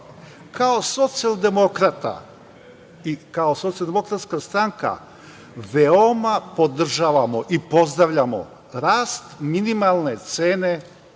socijaldemokrata i kao Socijaldemokratska stranka veoma podržavamo i pozdravljamo rast minimalne cene